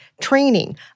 training